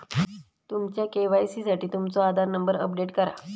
तुमच्या के.वाई.सी साठी तुमचो आधार नंबर अपडेट करा